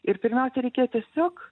ir pirmiausia reikia tiesiog